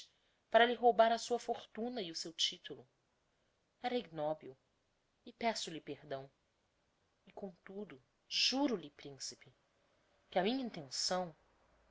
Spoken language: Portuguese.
para lhe roubar a sua fortuna e o seu titulo era ignobil e peço-lhe perdão e comtudo juro-lhe principe que a minha intenção